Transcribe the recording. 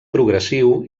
progressiu